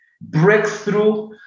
breakthrough